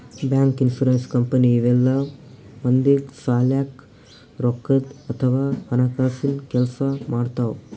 bank, insurance company ಇವೆಲ್ಲ ಮಂದಿಗ್ ಸಲ್ಯಾಕ್ ರೊಕ್ಕದ್ ಅಥವಾ ಹಣಕಾಸಿನ್ ಕೆಲ್ಸ್ ಮಾಡ್ತವ್